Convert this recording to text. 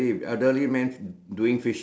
of the stone